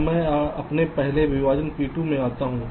अब मैं अपने अगले विभाजन P2 में जाता हूं